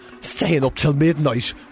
staying-up-till-midnight